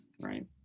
right